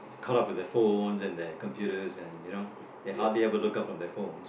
caught up with their phones and their computers and you know they hardly ever look up from their phones